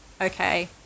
okay